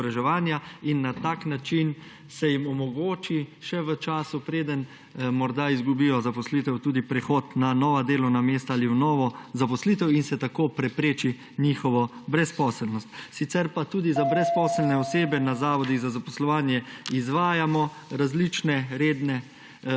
izobraževanja. Na tak način se jim omogoči še v času, preden morda izgubijo zaposlitev, prehod na nova delovna mesta ali v novo zaposlitev in se tako prepreči njihova brezposelnost. Sicer pa tudi za brezposelne osebe na zavodih za zaposlovanje izvajamo različne redne